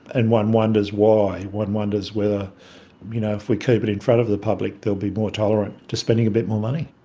and one wonders why, one wonders whether you know if we keep it in front of the public they'll be more tolerant to spending a bit more money.